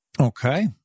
Okay